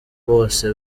bose